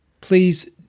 Please